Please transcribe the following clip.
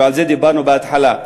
ועל זה דיברנו בהתחלה.